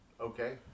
okay